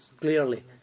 clearly